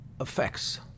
effects